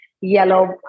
yellow